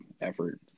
effort